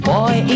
Boy